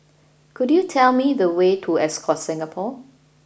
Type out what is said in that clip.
could you tell me the way to Ascott Singapore